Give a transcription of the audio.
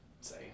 say